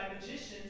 magicians